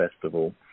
festival